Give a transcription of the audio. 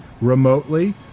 remotely